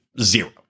Zero